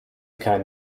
kein